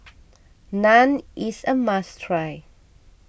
Naan is a must try